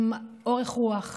עם אורך רוח.